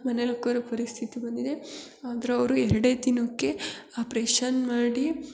ಮನೆಲಿ ಕೂರೊ ಪರಿಸ್ಥಿತಿ ಬಂದಿದೆ ಆದರೂ ಅವರು ಎರಡೇ ದಿನಕ್ಕೆ ಆಪ್ರೇಷನ್ ಮಾಡಿ